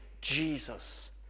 Jesus